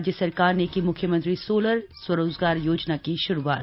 राज्य सरकार ने की मुख्यमंत्री सोलर स्वरोजगार योजना की शुरूआत